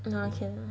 no I can